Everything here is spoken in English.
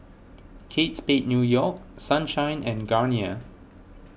Kate Spade New York Sunshine and Garnier